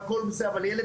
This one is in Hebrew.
אבל ילד,